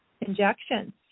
injections